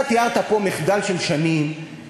אתה תיארת פה מחדל של שנים,